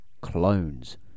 clones